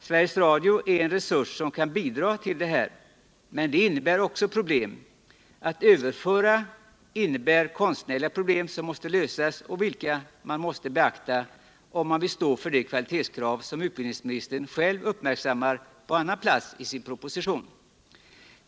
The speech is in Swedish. Sveriges Radio är en resurs som kan bidra till detta, men det innebär också problem. At överföra innebär konstnärliga problem som måste lösas och vilka man måste beakta, om man vill stå för det kvalitetskrav som utbildningsministern själv uppmärksammat på annan plats i sin proposition.